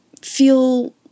feel